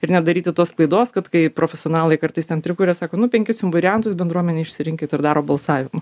ir nedaryti tos klaidos kad kai profesionalai kartais ten prikuria sako nu penkis jum variantus bendruomenėj išsirinkit ir daro balsavimą